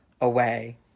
away